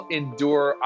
endure